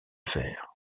fer